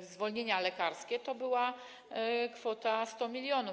zwolnienia lekarskie to była kwota 100 mln.